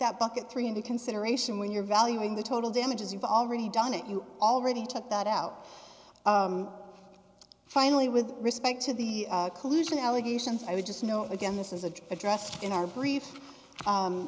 that bucket three into consideration when you're valuing the total damages you've already done it you already took that out finally with respect to the collusion allegations i would just note again this is addressed in our brief